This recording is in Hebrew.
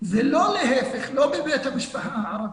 ולא להיפך, לא בבית המשפחה הערבית.